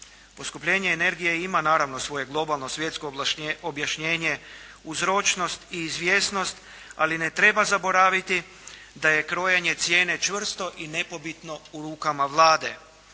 Poskupljenje energije ima naravno svoje globalno svjetsko objašnjenje uzročnost i izvjesnost, ali ne treba zaboraviti da je krojenje cijene čvrsto i nepobitno u rukama Vlade,